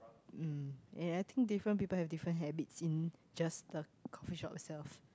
mm and I think different people have different habits in just the coffee shop itself